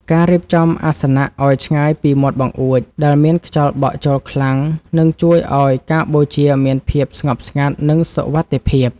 ការរៀបចំអាសនៈឱ្យឆ្ងាយពីមាត់បង្អួចដែលមានខ្យល់បក់ចូលខ្លាំងនឹងជួយឱ្យការបូជាមានភាពស្ងប់ស្ងាត់ និងសុវត្ថិភាព។